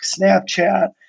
Snapchat